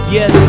Yes